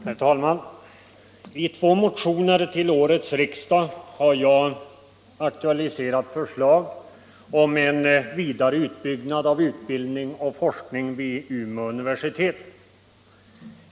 Herr talman! I två motioner till årets riksdag har jag aktualiserat förslag om en vidare utbyggnad av utbildning och forskning vid Umeå universitet.